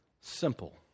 simple